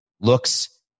looks